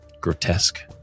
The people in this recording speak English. grotesque